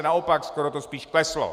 Naopak, skoro to spíš kleslo.